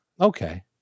Okay